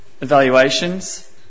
evaluations